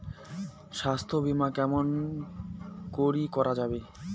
স্বাস্থ্য বিমা কেমন করি করা যাবে?